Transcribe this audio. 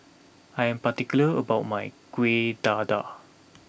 I am particular about my Kueh Dadar